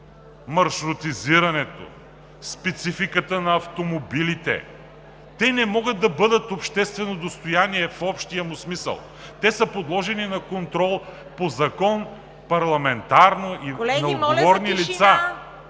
маршрутизирането, спецификата на автомобилите не могат да бъдат обществено достояние в общия му смисъл. Те са подложени на контрол по закон от отговорни лица,